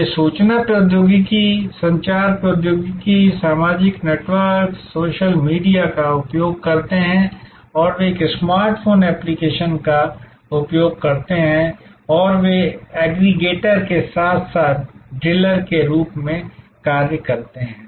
वे सूचना प्रौद्योगिकी संचार प्रौद्योगिकी सामाजिक नेटवर्क सोशल मीडिया का उपयोग करते हैं और वे एक स्मार्ट फोन एप्लिकेशन का उपयोग करते हैं और वे एग्रीगेटर के साथ साथ डिलर के रूप में कार्य करते हैं